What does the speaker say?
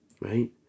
right